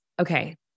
okay